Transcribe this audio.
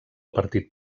partit